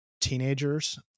teenagers